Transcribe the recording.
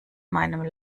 meinem